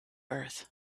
earth